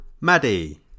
Maddie